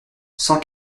cent